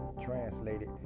translated